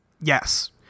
Yes